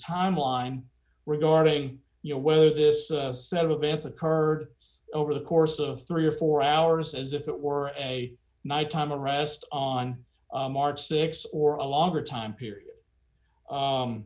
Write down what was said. timeline regarding you know whether this set of events occurred over the course of three or four hours as if it were a nighttime arrest on march th or a longer time period